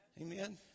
Amen